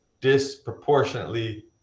Disproportionately